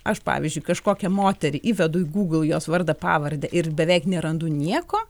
aš pavyzdžiui kažkokią moterį įvedu į google jos vardą pavardę ir beveik nerandu nieko